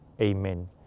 Amen